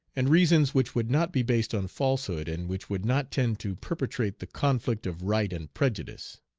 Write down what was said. and reasons which would not be based on falsehood, and which would not tend to perpetuate the conflict of right and prejudice.